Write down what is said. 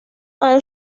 han